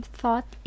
thought